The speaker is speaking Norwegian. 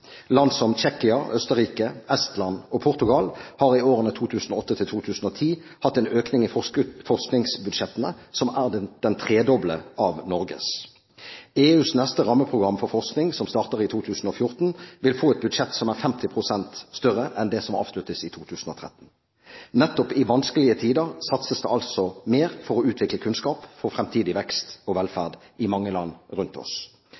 Land som Tsjekkia, Østerrike, Estland og Portugal har i årene 2008–2010 hatt en økning i forskningsbudsjettene som er det tredobbelte av Norges. EUs neste rammeprogram for forskning, som starter i 2014, vil få et budsjett som er 50 pst. større enn det som avsluttes i 2013. Nettopp i vanskelige tider satses det altså mer for å utvikle kunnskap for fremtidig vekst og velferd i mange land rundt oss